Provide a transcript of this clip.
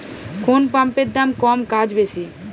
কোন পাম্পের দাম কম কাজ বেশি?